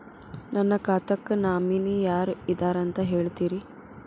ನನ್ನ ಖಾತಾಕ್ಕ ನಾಮಿನಿ ಯಾರ ಇದಾರಂತ ಹೇಳತಿರಿ?